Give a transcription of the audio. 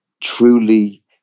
truly